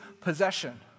possession